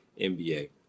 NBA